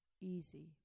easy